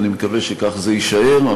ואני מקווה שכך זה יישאר.